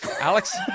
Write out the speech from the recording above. Alex